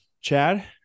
Chad